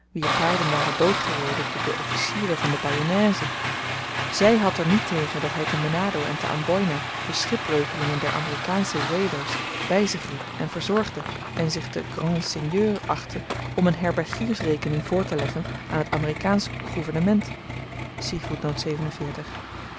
wier paarden waren doodgereden door de